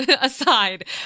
aside